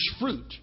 fruit